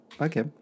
Okay